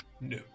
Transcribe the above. No